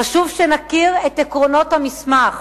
חשוב שנכיר את עקרונות המסמך: